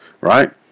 right